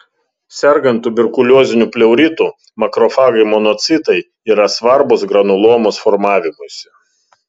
sergant tuberkulioziniu pleuritu makrofagai monocitai yra svarbūs granulomos formavimuisi